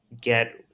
get